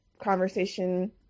conversation